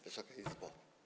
Wysoka Izbo!